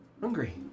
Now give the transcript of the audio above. Hungry